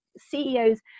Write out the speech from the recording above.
CEOs